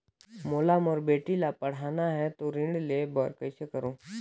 मोला मोर बेटी ला पढ़ाना है तो ऋण ले बर कइसे करो